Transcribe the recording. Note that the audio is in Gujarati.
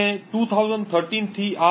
અને 2013 થી આ